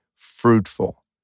fruitful